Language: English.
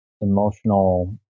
emotional